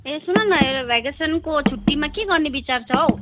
ए सुन न ए भेकेसनको छुट्टीमा के गर्ने विचार छ हौ